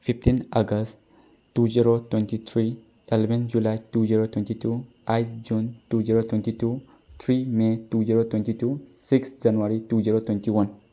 fifteen August two zero twenty three eleven July two zero twenty two eight June two zero twenty two three may two zero twenty two six January two zero twenty one